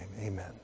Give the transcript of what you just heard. amen